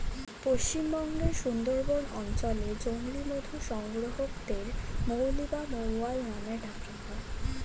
পশ্চিমবঙ্গের সুন্দরবন অঞ্চলে জংলী মধু সংগ্রাহকদের মৌলি বা মৌয়াল নামে ডাকা হয়